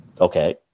okay